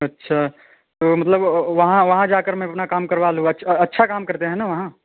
अच्छा तो मतलब वहाँ वहाँ जाकर अपना काम करवा लूँ अच्छा अच्छा काम करते हैं ना वहाँ